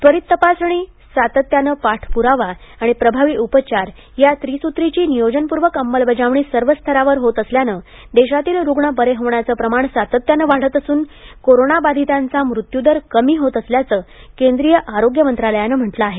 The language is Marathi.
त्वरित तपासणी सातत्यानं पाठपुरावा आणि प्रभावी उपचार या त्रिसूत्रीची नियोजनपूर्वक अंमलबजावणी सर्व स्तरांवर होत असल्यानं देशातील रुग्ण बरे होण्याचं प्रमाण सातत्यानं वाढत असून कोरोनाबाधितांचा मृत्युदर कमी होत असल्याचं केंद्रीय आरोग्य मंत्रालयानं म्हटलं आहे